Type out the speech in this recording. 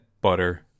butter